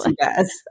yes